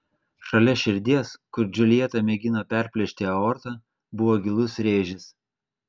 šalia širdies kur džiuljeta mėgino perplėšti aortą buvo gilus rėžis